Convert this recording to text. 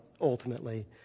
ultimately